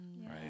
right